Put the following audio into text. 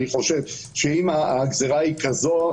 אני חושב שאם הגזירה היא כזאת,